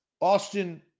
Austin